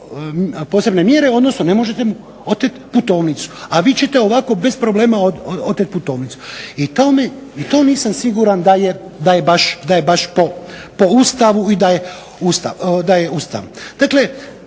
posebne mjere, odnosno ne možete mu oteti putovnicu. A vi ćete ovako bez problema oteti putovnicu. I to nisam siguran da je baš po Ustavu i da je ustavno.